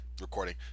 recording